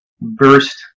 burst